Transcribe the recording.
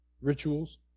rituals